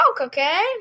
okay